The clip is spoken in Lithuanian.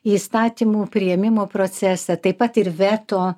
įstatymų priėmimo procese taip pat ir veto